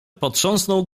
potrząsnął